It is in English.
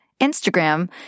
Instagram